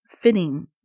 fitting